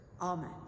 Amen